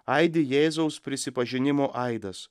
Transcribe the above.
aidi jėzaus prisipažinimo aidas